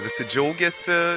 visi džiaugiasi